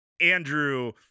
Andrew